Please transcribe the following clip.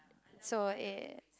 so eh